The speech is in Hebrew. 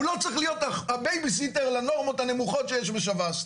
הוא לא צריך להיות הבייביסיטר לנורמות הנמוכות שיש בשב"ס.